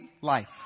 life